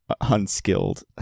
unskilled